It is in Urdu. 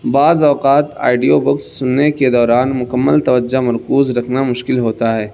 بعض اوقات آئڈیو بکس سننے کے دوران مکمل توجہ مرکوز رکھنا مشکل ہوتا ہے